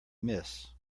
miss